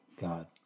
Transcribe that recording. God